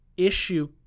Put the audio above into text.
issue